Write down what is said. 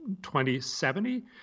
2070